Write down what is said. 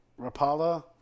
Rapala